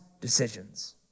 decisions